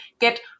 get